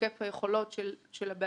להיקף היכולות של הבעלים.